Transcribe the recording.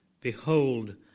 Behold